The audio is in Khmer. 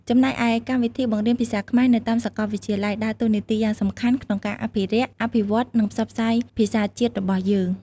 ចំណែកឯកម្មវិធីបង្រៀនភាសាខ្មែរនៅតាមសាកលវិទ្យាល័យ ដើរតួនាទីយ៉ាងសំខាន់ក្នុងការអភិរក្ស អភិវឌ្ឍ និងផ្សព្វផ្សាយភាសាជាតិរបស់យើង។